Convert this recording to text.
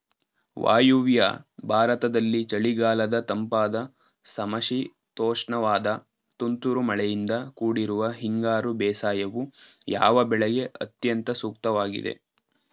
ವಾಯುವ್ಯ ಭಾರತದಲ್ಲಿ ಚಳಿಗಾಲದ ತಂಪಾದ ಸಮಶೀತೋಷ್ಣವಾದ ತುಂತುರು ಮಳೆಯಿಂದ ಕೂಡಿರುವ ಹಿಂಗಾರು ಬೇಸಾಯವು, ಯಾವ ಬೆಳೆಗೆ ಅತ್ಯಂತ ಸೂಕ್ತವಾಗಿದೆ?